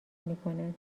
میکنن